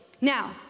Now